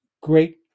great